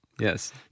yes